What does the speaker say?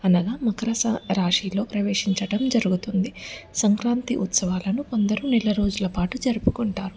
అనగా మకర రాశిలో ప్రవేశించటం జరుగుతుంది సంక్రాంతి ఉత్సవాలను కొందరు నెల రోజులపాటు జరుపుకుంటారు